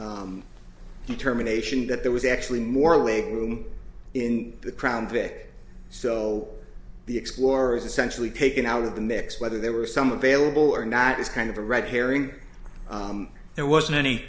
sheriff's terminations that there was actually more leg room in the crown vic so the explorers essentially taken out of the mix whether there were some available or not is kind of a red herring there wasn't any